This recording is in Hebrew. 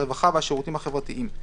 הרווחה והשירותים החברתיים,